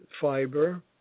fiber